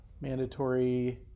mandatory